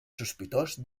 sospitós